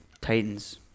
Titans